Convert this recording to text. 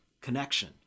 connection